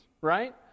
right